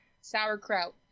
Sauerkraut